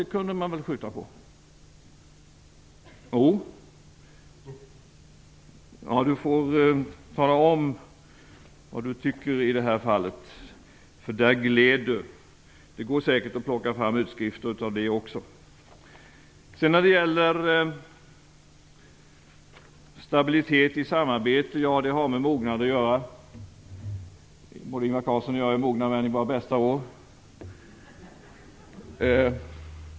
Gudrun Schyman får tala om vad hon tycker i det här fallet, därför att i det sammanhanget var hon undanglidande. Det går säkert att plocka fram utskrifter av det som hon sade. När det gäller stabilitet i samarbete har det med mognad att göra. Både Ingvar Carlsson och jag är mogna människor i våra bästa år.